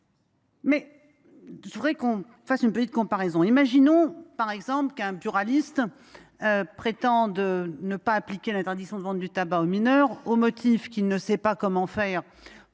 présence… Faisons une petite comparaison. Imaginons, par exemple, qu’un buraliste prétende ne pas appliquer l’interdiction de vente de tabac aux mineurs au motif qu’il ne sait pas comment